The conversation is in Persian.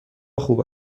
خوب